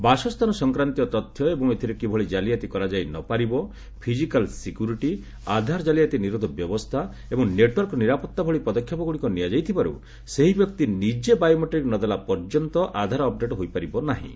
ବାସସ୍ଥାନ ସଂକ୍ରାନ୍ତୀୟ ତଥ୍ୟ ଏବଂ ଏଥିରେ କିଭଳି କାଲିଆତି କରାଯାଇ ନ ପାରିବ ଫିଜିକାଲ୍ ସିକ୍ୟୁରିଟି ଆଧାର ଜାଲିଆତି ନିରୋଧ ବ୍ୟବସ୍ଥା ଏବଂ ନେଟ୍ୱର୍କ ନିରାପତ୍ତା ଭଳି ପଦକ୍ଷେପଗୁଡ଼ିକ ନିଆଯାଇଥିବାରୁ ସେହି ବ୍ୟକ୍ତି ନିଜେ ବାୟୋମେଟ୍ରିକ୍ ନଦେଲା ପର୍ଯ୍ୟନ୍ତ ଆଧାର ଅପ୍ଡେଟ୍ ହେଇପାରିବ ନାହିଁ